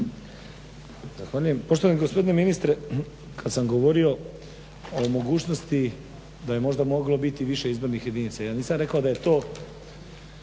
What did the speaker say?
Hvala